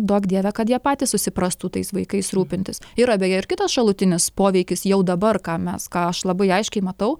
duok dieve kad jie patys susiprastų tais vaikais rūpintis yra beje ir kitas šalutinis poveikis jau dabar ką mes ką aš labai aiškiai matau